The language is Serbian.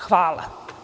Hvala.